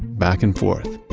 back and forth,